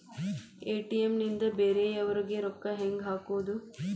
ATM ನಿಂದ ಬೇರೆಯವರಿಗೆ ರೊಕ್ಕ ಹೆಂಗ್ ಹಾಕೋದು?